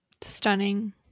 stunning